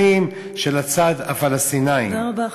הצרכים של הצד הפלסטיני." תודה רבה,